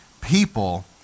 people